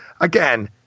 again